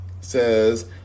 says